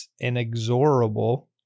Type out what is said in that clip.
inexorable